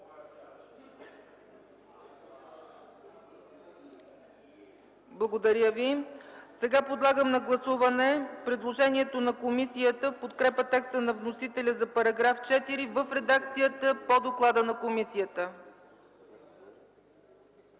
не е прието. Подлагам на гласуване предложението на комисията в подкрепа текста на вносителя за § 4 в редакцията по доклада на комисията.